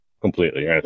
completely